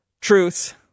truths